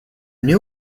new